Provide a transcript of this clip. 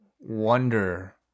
wonder